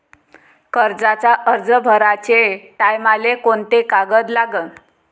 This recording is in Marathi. कर्जाचा अर्ज भराचे टायमाले कोंते कागद लागन?